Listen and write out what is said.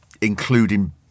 including